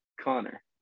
Connor